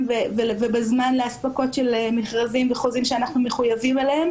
ובזמן להספקות של מכרזים וחוזים שאנחנו מחויבים עליהם,